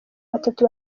batatu